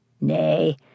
Nay